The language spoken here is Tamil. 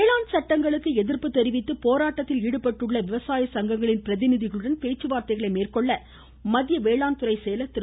வேளாண் சட்டங்களுக்கு எதிர்ப்பு தெரிவித்து போராட்டத்தில் ஈடுபட்டுள்ள விவசாய சங்கங்களின் பிரதிநிதிகளுடன் பேச்சுவார்த்தை மேற்கொள்ள மத்திய வேளாண்துறை செயலர் திரு